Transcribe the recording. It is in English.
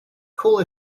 call